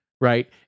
right